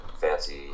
fancy